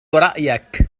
رأيك